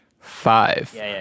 Five